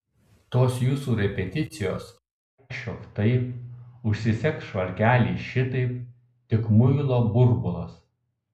tos jūsų repeticijos vaikščiok taip užsisek švarkelį šitaip tik muilo burbulas